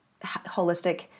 holistic